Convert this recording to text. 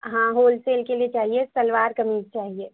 ہاں wholesale کے لیے چاہیے سلوار قمیص چاہیے